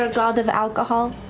ah god of alcohol?